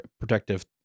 Protective